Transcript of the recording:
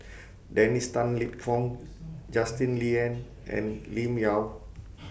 Dennis Tan Lip Fong Justin Lean and Lim Yau